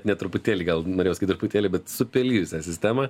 ne truputėlį gal norėjau sakyt truputėlį bet supelijusią sistemą